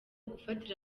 gufatira